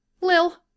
Lil